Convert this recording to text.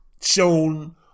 shown